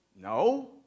no